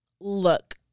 look